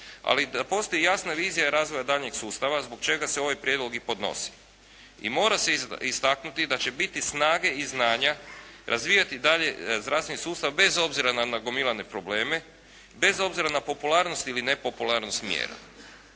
da postoji i jasna vizija razvoja daljnjeg sustava zbog čega se ovaj prijedlog i podnosi. I mora se istaknuti da će biti snage i znanja razvijati dalje zdravstveni sustav bez obzira na nagomilane probleme, bez obzira na popularnost ili ne popularnost mjera.